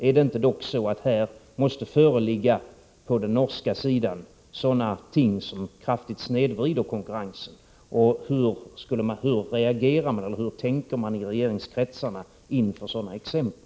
Måste inte här på den norska sidan föreligga sådana ting som kraftigt snedvrider konkurrensen? Hur tänker man i regeringskretsarna inför sådana exempel?